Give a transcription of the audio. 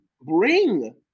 bring